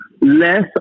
less